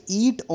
eat